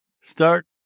Start